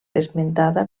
esmentada